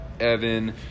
Evan